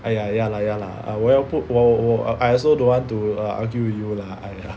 !aiya! ya lah ya lah 我要布我 I also don't want to err argue with you lah